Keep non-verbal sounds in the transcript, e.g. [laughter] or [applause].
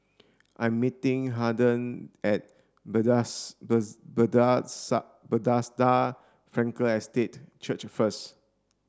I'm meeting Harden at [unintelligible] Bethesda Frankel Estate Church first